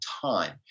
time